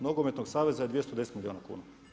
Nogometnog saveza je 210 milijuna kuna.